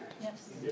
Yes